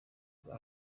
bwa